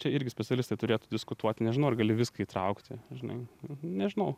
čia irgi specialistai turėtų diskutuot nežinau ar gali viską įtraukti žinai nežinau